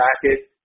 bracket